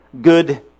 good